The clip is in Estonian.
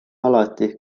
alati